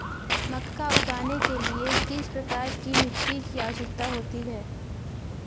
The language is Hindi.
मक्का उगाने के लिए किस प्रकार की मिट्टी की आवश्यकता होती है?